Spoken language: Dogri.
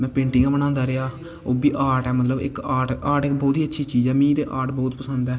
में पेंटिंग बनांदा रेहा ओह्बी आर्ट ऐ इक्क मतलब आर्ट आर्ट ते इक्क बहोत अच्छी चीज़ ऐ आर्ट मिगी बहोत पसंद ऐ